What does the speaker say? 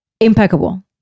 Impeccable